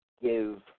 give